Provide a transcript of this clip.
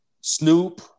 Snoop